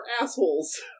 assholes